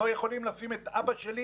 לא יכולים לשים את אבא שלי